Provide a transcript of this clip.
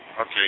Okay